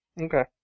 Okay